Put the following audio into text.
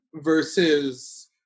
versus